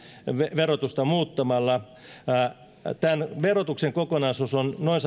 verotusta muuttamalla tämä verotuksen kokonaisuus on noin